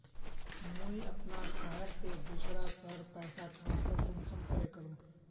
मुई अपना शहर से दूसरा शहर पैसा ट्रांसफर कुंसम करे करूम?